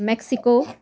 Mexico